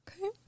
Okay